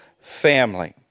family